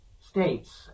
states